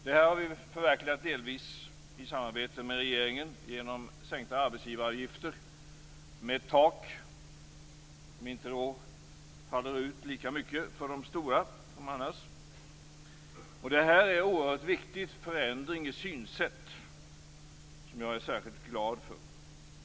Detta har vi delvis förverkligat i samarbete med regeringen genom sänkta arbetsgivaravgifter, med ett tak som inte faller ut lika mycket för de stora. Det här är en oerhört viktig förändring i synsätt, som jag är särskilt glad för.